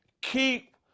keep